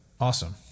Awesome